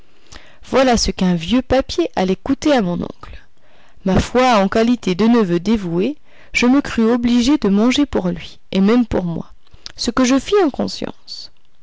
voilà ce qu'un vieux papier allait coûter à mon oncle ma foi en qualité de neveu dévoué je me crûs obligé de manger pour lui et même pour moi ce que je fis en conscience